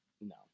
No